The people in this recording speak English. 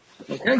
Okay